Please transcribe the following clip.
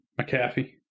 McAfee